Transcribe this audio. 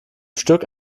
stück